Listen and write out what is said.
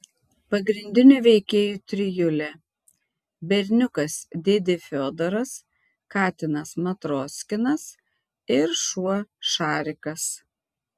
pagrindinių veikėjų trijulė berniukas dėdė fiodoras katinas matroskinas ir šuo šarikas